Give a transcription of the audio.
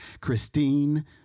Christine